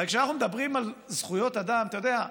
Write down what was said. הרי כשאנחנו מדברים על זכויות אדם, אתה יודע,